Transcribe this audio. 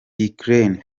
ukraine